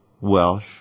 Welsh